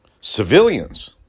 civilians